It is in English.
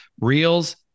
Reels